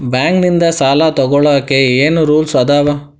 Bank ನಿಂದ್ ಸಾಲ ತೊಗೋಳಕ್ಕೆ ಏನ್ ರೂಲ್ಸ್ ಅದಾವ?